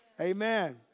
Amen